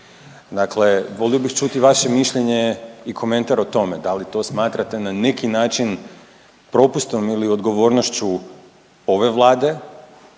dakle volio bih čuti vaše mišljenje i komentar o tome, da li to smatrate na neki način propustom ili odgovornošću ove vlade